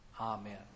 Amen